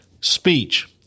speech